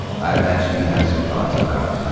i imagine you have some thoughts about that?